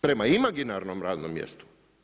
Prema imaginarnom radnom mjestu?